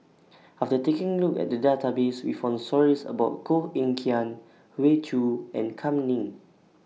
after taking A Look At The Database We found stories about Koh Eng Kian Hoey Choo and Kam Ning